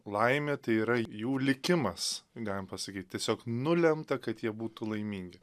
laimė tai yra jų likimas galim pasakyt tiesiog nulemta kad jie būtų laimingi